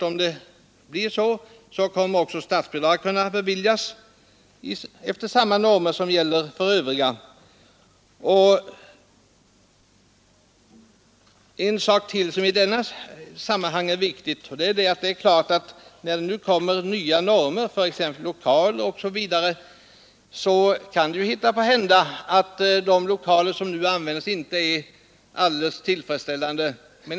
Om det blir så kommer också statsbidrag att kunna beviljas för samtliga efter samma normer. När det nu kommer nya regler för exempelvis lokaler kan det hända att de lokaler som nu används inte är helt tillfredsställande.